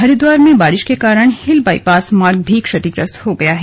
हरिद्वार में बारिश के कारण हिल बाइपास मार्ग भी क्षतिग्रस्त हो गया है